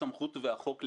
הסמכות והחוק,